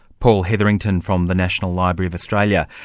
paul hetherington from the national library of australia.